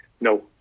No